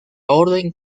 orden